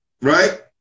Right